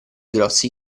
grossi